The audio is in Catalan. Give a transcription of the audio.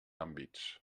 àmbits